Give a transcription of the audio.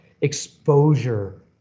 exposure